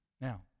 Now